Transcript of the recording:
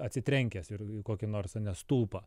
atsitrenkęs ir kokį nors ane stulpą